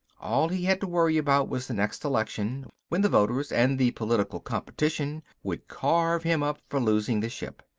all he had to worry about was the next election, when the voters and the political competition would carve him up for losing the ship.